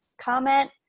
Comment